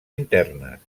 internes